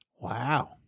Wow